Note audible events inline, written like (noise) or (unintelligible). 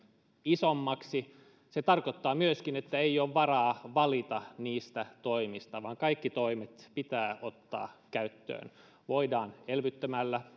isommaksi se tarkoittaa myöskin sitä että ei ole varaa valita niistä toimista vaan kaikki toimet pitää ottaa käyttöön voidaan elvyttämällä (unintelligible)